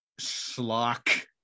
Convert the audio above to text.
schlock